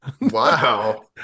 Wow